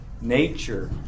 nature